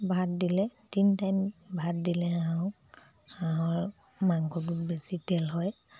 ভাত দিলে তিনি টাইম ভাত দিলে হাঁহক হাঁহৰ মাংসটোত বেছি তেল হয়